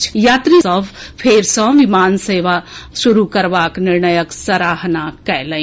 हवाई यात्री सभ फेर सँ विमान सेवा शुरू करबाक निर्णयक सराहना कएलनि